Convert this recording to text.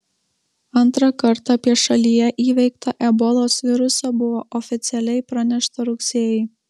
antrą kartą apie šalyje įveiktą ebolos virusą buvo oficialiai pranešta rugsėjį